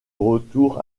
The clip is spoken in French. retour